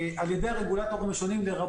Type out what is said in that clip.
זה היה היציאה לדרך של הרפורמה אצלנו יחד עם